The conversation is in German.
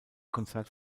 konzert